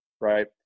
right